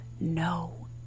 no